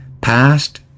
past